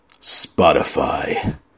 Spotify